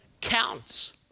counts